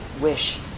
wish